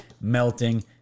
melting